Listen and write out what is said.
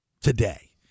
today